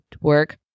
work